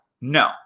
No